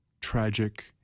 tragic